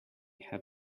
have